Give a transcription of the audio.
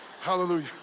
hallelujah